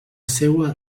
seua